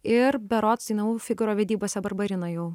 ir berods dainavau figaro vedybose barbariną jau